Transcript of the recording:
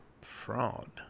fraud